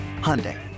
Hyundai